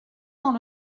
dans